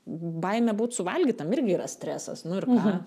baimė būt suvalgytam irgi yra stresas nu ir ką